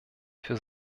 für